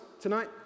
tonight